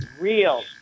Real